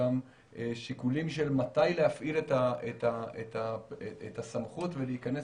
גם שיקולים של מתי להפעיל את הסמכות ולהיכנס